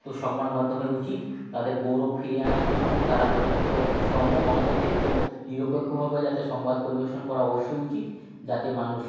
তো সংবাদ মাধ্যমের উচিত তাদের গৌরব ফিরিয়ে আনার জন্য তারা চতুর্থ স্তম্ভ গণতন্ত্রের তো নিরপেক্ষভাবে যাতে সংবাদ পরিবেশন করা অবশ্যই উচিত যাতে মানুষ